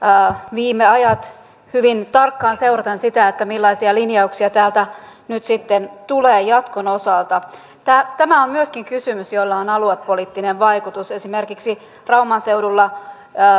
viime ajat hyvin tarkkaan seuraten sitä millaisia linjauksia täältä nyt sitten tulee jatkon osalta tämä tämä on myöskin kysymys jolla on aluepoliittinen vaikutus esimerkiksi rauman seudulla